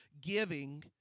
giving